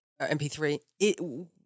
MP3